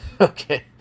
Okay